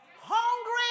hungry